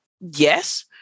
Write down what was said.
Yes